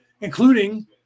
including